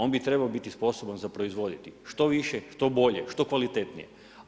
On bi trebao biti sposoban za proizvoditi što više, što bolje, što kvalitetnije.